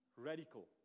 Radical